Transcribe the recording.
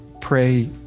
pray